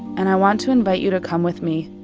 and, i want to invite you to come with me.